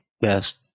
best